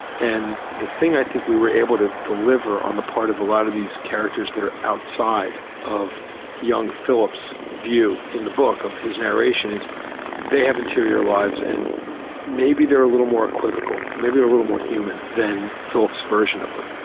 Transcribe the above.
and the thing i think we were able to deliver on the part of a lot of these characters that are outside of young philip's view in the book, of his narration, is they have interior lives, and maybe they're a little more equivocal, maybe they're a little more human, than philip's version of them.